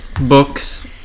books